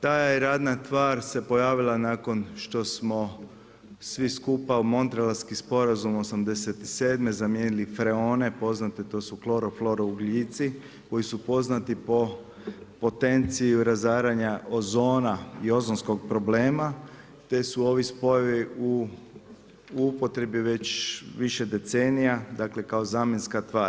Ta je radna tvar se pojavila nakon što smo svi skupa u Monteralski sporazum 87' zamjeni freone poznate, to su kloroflouro ugljici koji su poznati po potenciji razaranja ozona i ozonskog problema, te su ovi spojevi u upotrebi već više decenija, dakle kao zamjenska tvar.